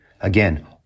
Again